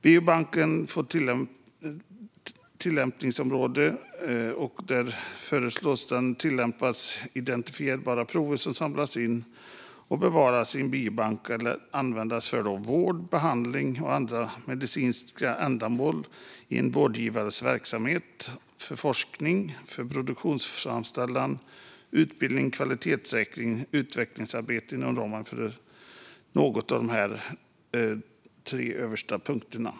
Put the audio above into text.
Regeringen föreslår att den nya biobankslagen ska vara tillämplig på identifierbara prover som samlas in och bevaras i en biobank eller som används för vård, behandling och andra medicinska ändamål i en vårdgivares verksamhet, för forskning, för produktframställning samt för utbildning, kvalitetssäkring och utvecklingsarbete inom ramen för något av de ändamål som jag har angett.